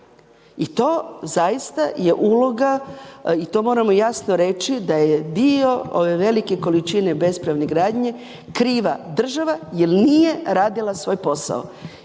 i to zaista je uloga i to moramo jasno reći da je dio ove velike količine bespravne gradnje kriva država jer nije radila svoj posao.